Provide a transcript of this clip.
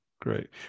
great